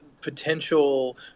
potential